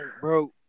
bro